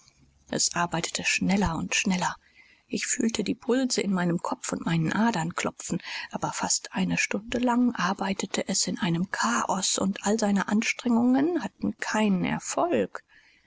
es arbeitete schneller und schneller ich fühlte die pulse in meinem kopf und meinen adern klopfen aber fast eine stunde lang arbeitete es in einem chaos und all seine anstrengungen hatten keinen erfolg